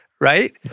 Right